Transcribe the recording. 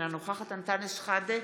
אינה נוכחת אנטאנס שחאדה,